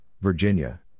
Virginia